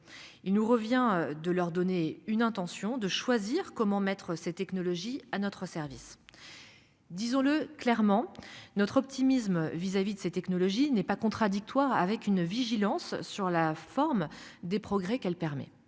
Il nous revient de leur donner une intention de choisir comment mettre cette technologie à notre service. Disons-le clairement notre optimisme vis-à-vis de ces technologies n'est pas contradictoire avec une vigilance sur la forme des progrès qu'elle permet.